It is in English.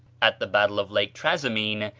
at the battle of lake trasymene,